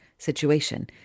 Situation